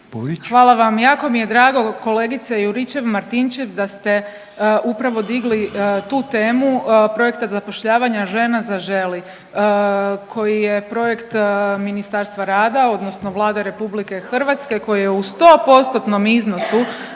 Hvala vam. Jako mi je drago kolegice Juričev-Martinčev da ste upravo digli tu temu projekta zapošljavanja žena Zaželi koji je projekt Ministarstva rada, odnosno Vlade Republike Hrvatske koji je u sto